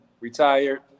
retired